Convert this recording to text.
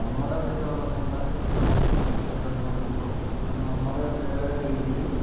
നമ്മുടെ വീട്ടിൽ വളർത്തുന്ന ഒരു പച്ചക്കറിയെന്ന് പറയുമ്പോൾ അത് നമ്മുടെ അതെ രീതിയിൽ